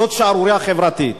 זו שערורייה חברתית.